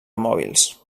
mòbils